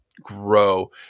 grow